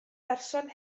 berson